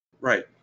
Right